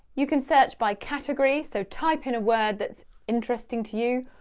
you can search by category, so type in a word that's interesting to you,